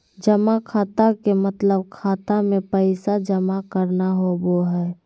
जमा खाता के मतलब खाता मे पैसा जमा करना होवो हय